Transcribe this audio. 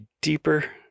deeper